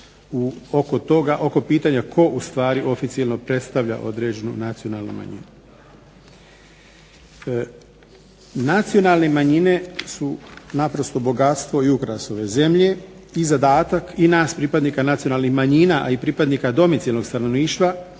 oko pitanja tko u stvari oficijelno predstavlja određenu nacionalnu manjinu. Nacionalne manjine su naprosto bogatstvo i ukras ove zemlje i zadatak i nas pripadnika nacionalnih manjina, a i pripadnika domicijelnog stanovništva,